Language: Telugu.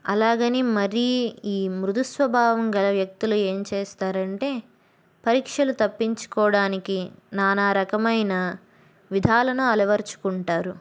అలాగని మర ఈ మృదు స్వభావం గల వ్యక్తులు ఏం చేస్తారంటే పరీక్షలు తప్పించుకోవడానికి నానా రకమైన విధాలను అలవర్చుకుంటారు